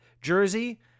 jersey